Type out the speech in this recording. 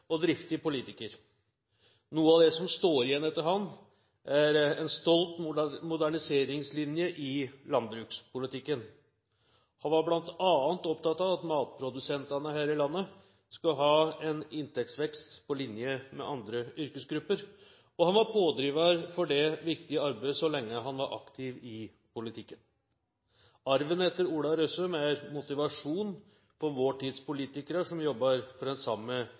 og driftig politiker. Noe av det som står igjen etter ham, er en stolt moderniseringslinje i landbrukspolitikken. Han var bl.a. opptatt av at matprodusentene her i landet skulle ha en inntektsvekst på linje med andre yrkesgrupper, og han var pådriver for dette viktige arbeidet så lenge han var aktiv i politikken. Arven etter Ola Røssum er motivasjon for vår tids politikere, som jobber for den samme